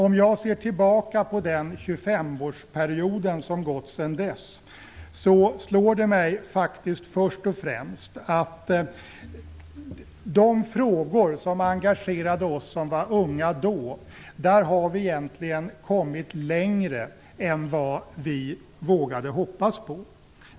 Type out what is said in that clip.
Om jag ser tillbaka på den tjugofemårsperiod som gått sedan dess slår det mig faktiskt först och främst att vi i de frågor som engagerade oss som då var unga har egentligen kommit längre än vad vi vågade hoppas på.